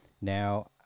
Now